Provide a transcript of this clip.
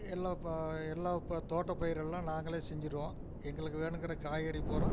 எல்லா இப்போ எல்லா இப்போ தோட்டப் பயிர் எல்லாம் நாங்களே செஞ்சிடுவோம் எங்களுக்கு வேணுங்கிற காய்கறி பூரா